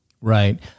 Right